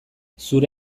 zure